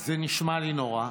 זה נשמע לי נורא.